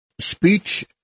Speech